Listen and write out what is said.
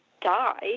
die